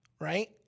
right